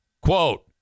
quote